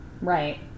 Right